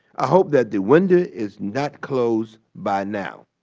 i hope that the window is not closed by now.